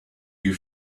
you